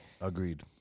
Agreed